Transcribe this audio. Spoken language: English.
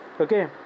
okay